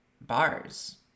Bars